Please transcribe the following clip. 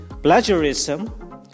Plagiarism